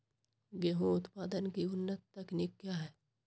गेंहू उत्पादन की उन्नत तकनीक क्या है?